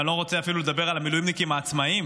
ואני לא רוצה אפילו לדבר על המילואימניקים העצמאים,